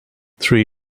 three